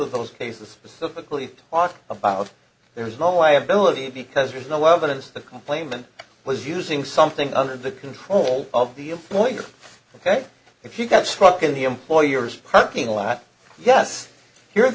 of those cases specifically talk about there is no way ability because there is no evidence the complainant was using something under the control of the employer ok if you got struck in the employer's parking lot yes here